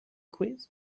quiz